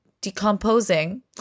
decomposing